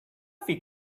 feel